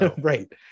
right